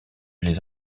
les